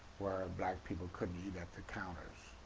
where black people couldn't eat at the counters.